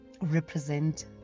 represent